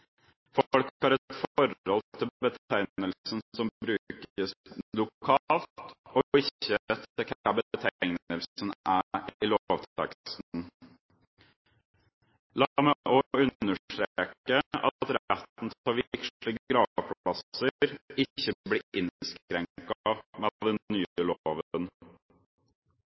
Folk har et forhold til betegnelsen som brukes lokalt, og ikke til hva betegnelsen er i lovteksten. La meg også understreke at retten til å vigsle gravplasser ikke blir innskrenket med den nye loven. Komiteen har